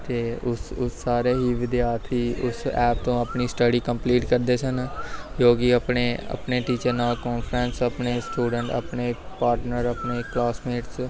ਅਤੇ ਉਸ ਉਸ ਸਾਰੇ ਹੀ ਵਿਦਿਆਰਥੀ ਉਸ ਐਪ ਤੋਂ ਆਪਣੀ ਸਟੱਡੀ ਕੰਪਲੀਟ ਕਰਦੇ ਸਨ ਜੋ ਕਿ ਆਪਣੇ ਆਪਣੇ ਟੀਚਰ ਨਾਲ ਕੋਨਫ੍ਰੈਂਸ ਆਪਣੇ ਸਟੂਡੈਂਟ ਆਪਣੇ ਪਾਰਟਨਰ ਆਪਣੇ ਕਲਾਸਮੇਟਸ